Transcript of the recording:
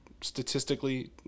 statistically